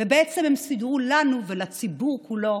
ובעצם הם שידרו לנו ולציבור כולו